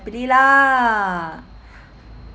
happily lah